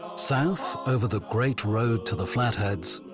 south over the great road to the flatheads.